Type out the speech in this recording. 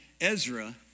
Ezra